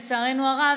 לצערנו הרב,